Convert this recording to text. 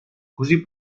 così